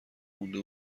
مونده